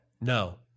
no